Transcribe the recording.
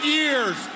years